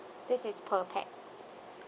this is per pax